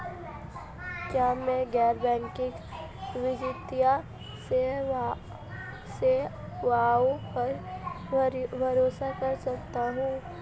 क्या मैं गैर बैंकिंग वित्तीय सेवाओं पर भरोसा कर सकता हूं?